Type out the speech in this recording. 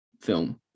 film